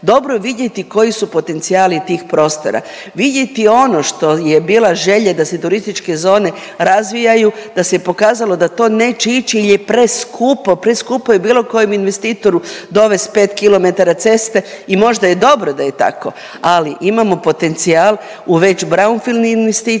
dobro vidjeti koji su potencijali tih prostora, vidjeti ono što je bila želja i da se turističke zone razvijaju, da se je pokazalo da to neće ići jer je preskupo, preskupo je bilo kojem investitoru dovesti 5 km ceste i možda je dobro daj je tako, ali imamo potencijal u već brownfield investicijama,